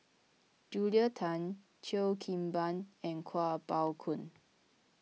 Julia Tan Cheo Kim Ban and Kuo Pao Kun